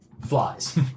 flies